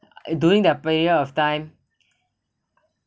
doing their prayer of time